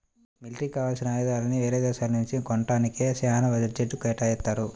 మిలిటరీకి కావాల్సిన ఆయుధాలని యేరే దేశాల నుంచి కొంటానికే చానా బడ్జెట్ను కేటాయిత్తారు